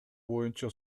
боюнча